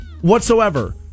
whatsoever